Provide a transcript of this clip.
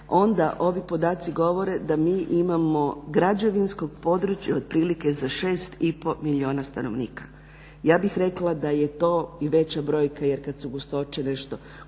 onda ovi podaci govore da mi imamo građevinskog područja otprilike za 6 i pol milijuna stanovnika. Ja bih rekla da je to i veća brojka jer kad su gustoće nešto